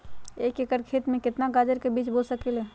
एक एकर खेत में केतना गाजर के बीज बो सकीं ले?